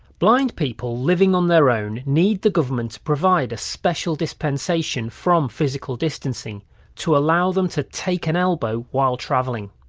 blind people, living on their own, need the government to provide a special dispensation from physical distancing to allow them to take an elbow while travelling.